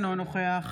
אינו נוכח